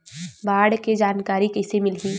बाढ़ के जानकारी कइसे मिलही?